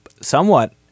somewhat